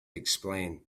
explain